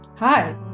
Hi